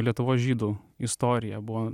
lietuvos žydų istorija buvo